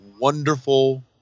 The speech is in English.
wonderful